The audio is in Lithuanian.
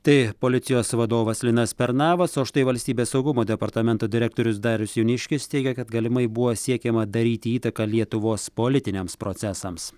tai policijos vadovas linas pernavas o štai valstybės saugumo departamento direktorius darius jauniškis teigia kad galimai buvo siekiama daryti įtaką lietuvos politiniams procesams